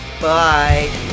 Bye